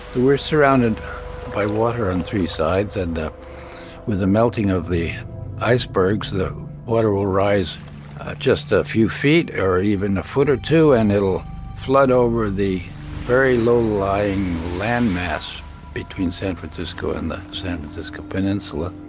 we're surrounded by water on three sides and with the melting of the icebergs, the water will rise just a few feet or even a foot or two and it'll flood over the very low-lying landmass between san francisco and the san francisco peninsula.